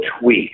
tweak